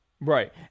Right